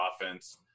offense